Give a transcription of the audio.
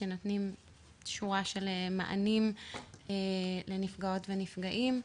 שנותנים שורה של מענים לנפגעות ונפגעים,